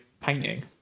painting